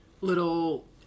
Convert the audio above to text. little